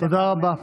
תודה רבה.